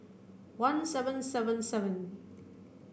one seven seven seven